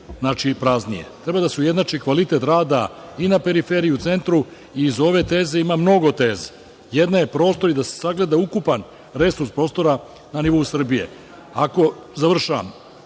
Treba da se ujednači kvalitet rada i na periferiji i u centru. Iza ove teze ima mnogo teza. Jedna je prostor i da se sagleda ukupan resurs prostora na nivou Srbije. Ako imate